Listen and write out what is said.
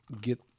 get